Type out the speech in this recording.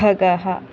खगः